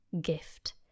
gift